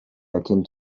erkennt